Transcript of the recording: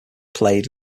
played